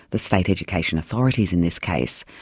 the state education authorities in this case,